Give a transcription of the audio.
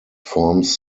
forms